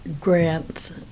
grants